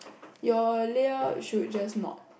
your layout should just not